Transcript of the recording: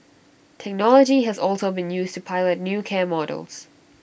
technology has also been used to pilot new care models